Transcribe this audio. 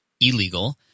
illegal